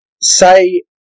say